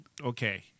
Okay